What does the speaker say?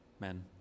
men